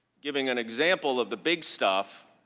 giving an example of the big stuff,